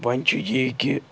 وۄنۍ چھُ یی کہِ